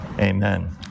Amen